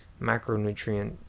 macronutrient